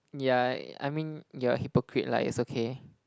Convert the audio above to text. yeah I mean you're a hypocrite lah it's okay